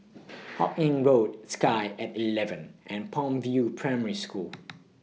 Hawkinge Road Sky At eleven and Palm View Primary School